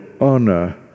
honor